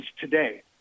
today